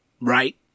right